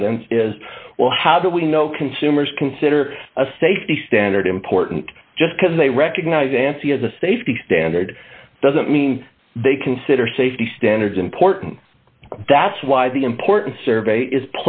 evidence is well how do we know consumers consider a safety standard important just because they recognize an see as a safety standard doesn't mean they consider safety standards important that's why the important survey is